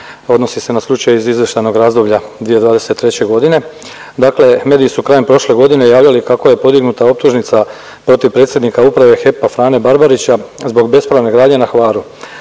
odnosi se na slučaj iz izvještajnog razdoblja 2023. godine. Dakle, mediji su krajem prošle godine javljali kako je podignuta optužnica protiv predsjednika uprave HEP-a Frane Barbarića zbog bespravne gradnje na Hvaru.